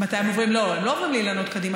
הם לא עוברים לאילנות קדימה,